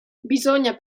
bisogna